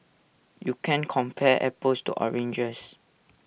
you can't compare apples to oranges